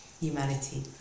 humanity